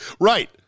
Right